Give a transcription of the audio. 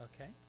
Okay